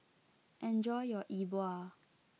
enjoy your E Bua